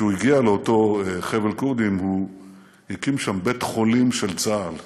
כשהוא הגיע לאותו חבל כורדים הוא הקים שם בית חולים של צה"ל.